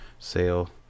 Sale